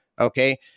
Okay